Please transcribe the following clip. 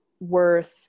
worth